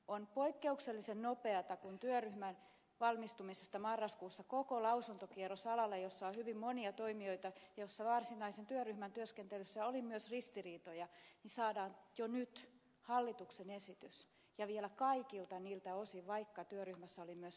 on poikkeuksellisen nopeata kun työryhmän työn valmistuttua marraskuussa on käyty koko lausuntokierros alalla jolla on hyvin monia toimijoita jolla varsinaisen työryhmän työskentelyssä oli myös ristiriitoja ja saadaan jo nyt hallituksen esitys ja vielä kaikilta niiltä osin vaikka työryhmässä oli myös vastustusta